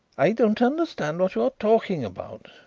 i don't understand what you are talking about,